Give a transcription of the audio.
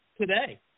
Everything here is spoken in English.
today